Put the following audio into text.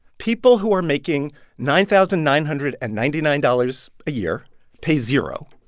people who are making nine thousand nine hundred and ninety nine dollars a year pay zero.